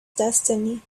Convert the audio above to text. destiny